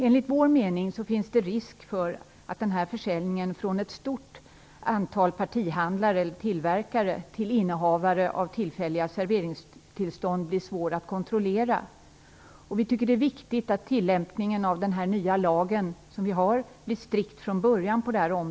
Enligt vår mening finns det risk för att försäljningen från ett stort antal partihandlare eller tillverkare till innehavare av tillfälliga serveringstillstånd blir svår att kontrollera. Det är viktigt att tillämpningen av den nya lagen på detta område blir strikt från början.